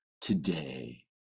today